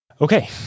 Okay